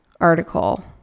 article